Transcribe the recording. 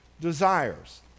desires